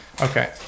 okay